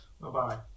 Bye-bye